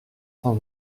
cent